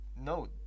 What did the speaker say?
No